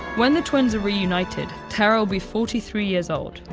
when the twins are reunited, terra will be forty three years old,